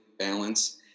balance